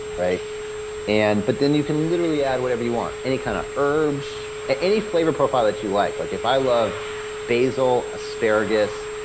and but then, you can literally add whatever you want any kind of herbs, any flavor profile that you like like. if i love basil, asparagus,